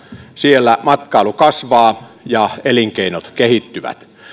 siellä matkailu kasvaa ja elinkeinot kehittyvät